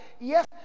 yes